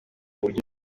buryo